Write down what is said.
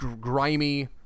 grimy